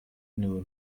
nur